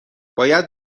باید